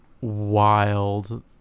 wild